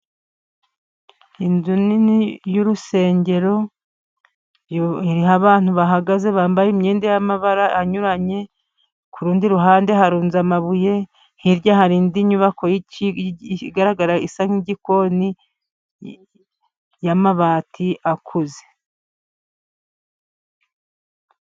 Inzu nini y'urusengero iriho abantu bahagaze, bambaye imyenda y'amabara anyuranye. Ku rundi ruhande harunze amabuye, hirya hari indi nyubako igaragara isa nk'igikoni y'amabati akuze.